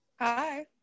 hi